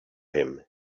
him